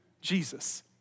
Jesus